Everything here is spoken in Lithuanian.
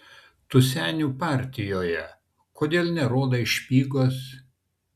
tu senių partijoje kodėl nerodai špygos